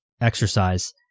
exercise